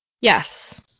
Yes